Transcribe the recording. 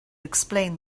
explain